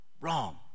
wrong